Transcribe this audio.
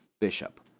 bishop